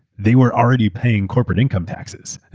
they were already paying corporate income taxes.